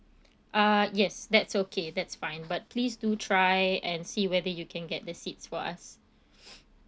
uh yes that's okay that's fine but please do try and see whether you can get the seats for us